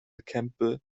campbell